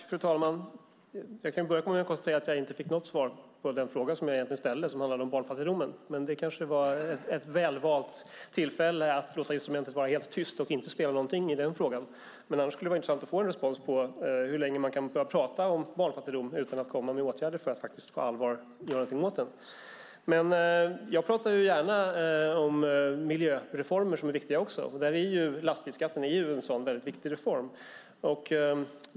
Fru talman! Jag kan börja med att konstatera att jag inte fick något svar på min egentliga fråga om barnfattigdomen. Men det kanske var ett välvalt tillfälle från Anders Sellströms sida att låta instrumentet vara helt tyst och inte spela något i den frågan. Annars skulle det vara intressant att få svar på hur länge man kan prata om barnfattigdom utan att komma med åtgärder för att på allvar göra något åt den. Jag pratar gärna om miljöreformer som är viktiga. Lastbilsskatten är en sådan viktig reform.